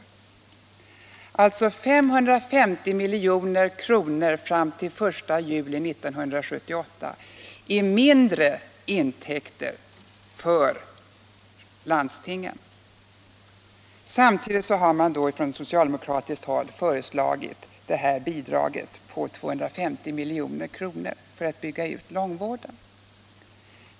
Landstingen skulle alltså få 550 milj.kr. mindre i intäkter fram till den 1 juli 1978! Samtidigt har man från socialdemokratiskt håll föreslagit bidraget på 250 milj.kr. för utbyggnad av långvården.